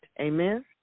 Amen